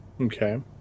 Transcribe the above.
Okay